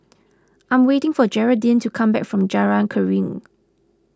I am waiting for Jeraldine to come back from Jalan Keruing